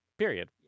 period